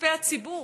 לכספי הציבור